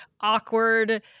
awkward